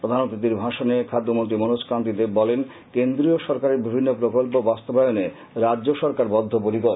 প্রধান অতিথির ভাষণে খাদ্যমন্ত্রী মনোজ কান্তি দেব বলেন কেন্দ্রীয় সরকারের বিভিন্ন প্রকল্প বাস্তবায়নে রাজ্য সরকার বদ্ধপরিকর